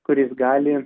kuris gali